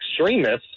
extremists